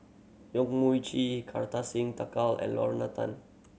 Yong Mun Chee Kartar Singh Thakral and Lorna Tan